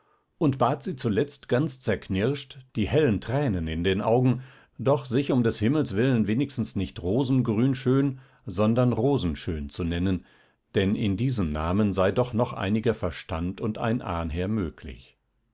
und bat sie zuletzt ganz zerknirscht die hellen tränen in den augen doch sich um des himmels willen wenigstens nicht rosengrünschön sondern rosenschön zu nennen denn in diesem namen sei doch noch einiger verstand und ein ahnherr möglich